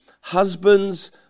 husbands